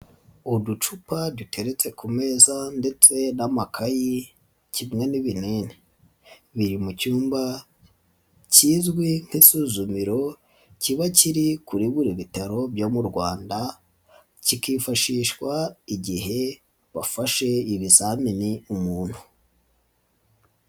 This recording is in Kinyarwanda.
Uducupa duteretse ku meza ndetse n'amakayi kimwe n'ibinini, biri mu cyumba kizwi nk'isuzumiro kiba kiri kuri buri bitaro byo mu Rwanda, kikifashishwa igihe bafashe ibizamini umuntu.